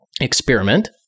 experiment